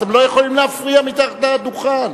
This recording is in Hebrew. אתם לא יכולים להפריע מתחת לדוכן.